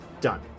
done